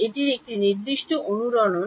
এটির একটি নির্দিষ্ট অনুরণন